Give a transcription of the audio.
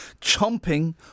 chomping